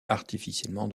artificiellement